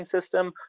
system